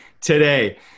today